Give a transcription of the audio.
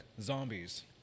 zombies